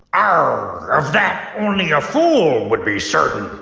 ah of that only a fool would be certain!